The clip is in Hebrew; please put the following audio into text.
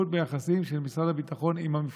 אני רק אוסיף, אדוני היושב-ראש: מעניין,